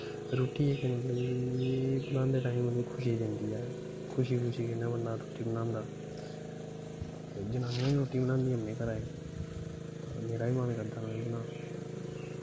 रुट्टी बनांदे टाईम खुशी मिलदी ऐ खुशी खुशी कन्नै बंदा रुट्टी बनांदा ते जनानियां बी रुट्टी बनांदियां न घरै च मेरा बी मन करदा में बी बनांऽ